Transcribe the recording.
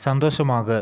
சந்தோஷமாக